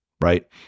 right